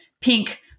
pink